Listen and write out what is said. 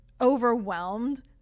overwhelmed